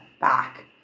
back